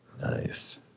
Nice